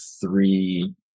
three